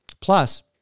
Plus